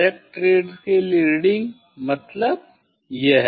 direct rays के लिए reading मतलब यह